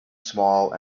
small